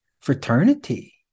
fraternity